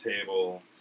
table